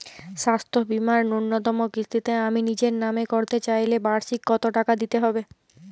স্বাস্থ্য বীমার ন্যুনতম কিস্তিতে আমি নিজের নামে করতে চাইলে বার্ষিক কত টাকা দিতে হবে?